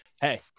Hey